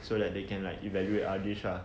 so that they can like evaluate our dish lah